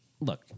look